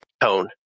tone